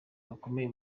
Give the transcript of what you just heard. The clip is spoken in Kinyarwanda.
bakomeye